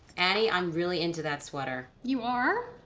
annie, i'm really into that sweater. you are?